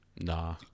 Nah